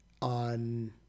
on